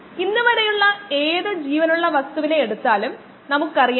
ഇവയെല്ലാം നിരക്കുകളായതിനാൽ ഇതും ഒരു നിരക്കാണ്